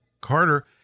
Carter